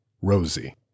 Rosie